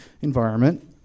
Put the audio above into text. environment